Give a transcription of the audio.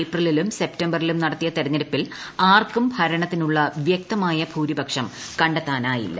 ഏപ്രിലിലും സെപ്തംബറിലും നടത്തിയ തെരഞ്ഞെടുപ്പിൽ ആർക്കും ഭരണത്തിനുള്ള വ്യക്തമായ ഭൂരിപക്ഷം കണ്ടെത്താനായില്ല